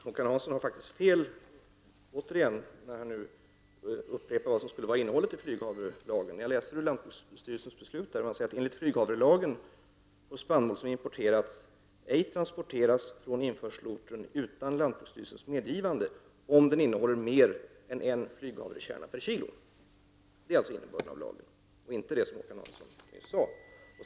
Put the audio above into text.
Herr talman! Håkan Hansson har faktiskt återigen fel, när han upprepar vad som skulle vara innehållet i flyghavrelagen. Jag läser ur lantbruksstyrelsens beslut: Enligt flyghavrelagen må spannmål som importerats ej transporteras från införselorten utan lantbruksstyrelsens medgivande om den innehåller mer än en flyghavrekärna per kg. Det är innebörden av lagen och inte det som Håkan Hansson nyss sade.